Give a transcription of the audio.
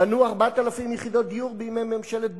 בנו 4,000 יחידות דיור בימי ממשלת ברק,